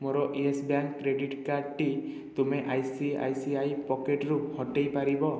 ମୋର Yes Bank credit କାର୍ଡ଼ଟି ତୁମେ ଆଇସିଆଇସିଆଇ ପକେଟ୍ରୁ ହଟାଇପାରିବ